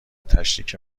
تشریک